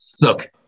look